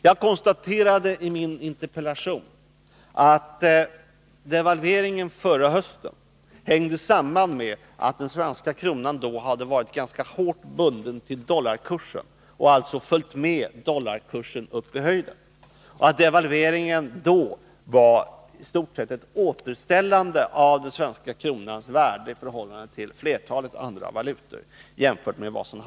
Jag konstaterade i min interpellation att devalveringen förra hösten hängde samman med att den svenska kronan då hade varit ganska hårt bunden till ens konsekvenser för u-hjälpen dollarkursen och alltså följt med denna upp i höjden och att devalveringen då varistort sett ett återställande av den svenska kronans värde i förhållande till flertalet andra valutor.